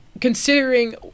Considering